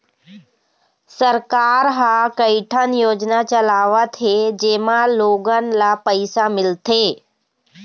सरकार ह कइठन योजना चलावत हे जेमा लोगन ल पइसा मिलथे